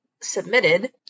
submitted